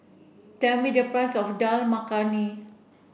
tell me the price of Dal Makhani